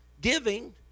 giving